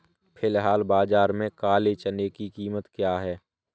फ़िलहाल बाज़ार में काले चने की कीमत क्या है?